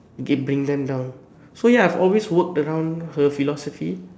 keep bring them down so ya I have always worked around her philosophy